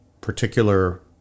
particular